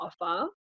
offer